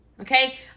okay